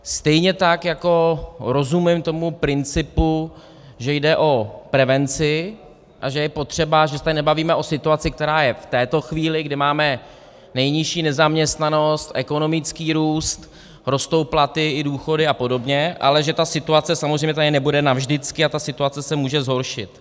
Stejně tak jako rozumím tomu principu, že jde o prevenci a že je potřeba, že se tady nebavíme o situaci, která je v této chvíli, kdy máme nejnižší nezaměstnanost, ekonomický růst, rostou platy i důchody a podobně, ale že ta situace samozřejmě tady nebude navždycky a ta situace se může zhoršit.